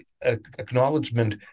acknowledgement